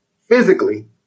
physically